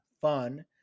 fun